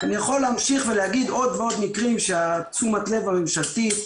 אני יכול להמשיך ולהגיד עוד ועוד מקרים שתשומת הלב הממשלתית,